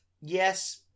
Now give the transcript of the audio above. Yes